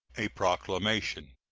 a proclamation.